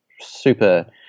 super